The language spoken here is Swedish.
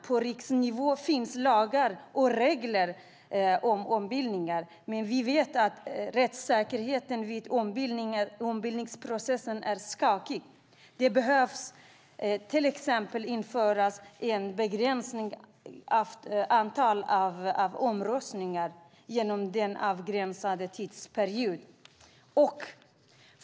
På riksnivå finns lagar och regler om ombildningar. Vi vet att rättssäkerheten vid ombildningsprocessen är skakig. Det behöver till exempel införas en begränsning av antalet omröstningar inom en avgränsad tidsperiod.